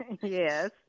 Yes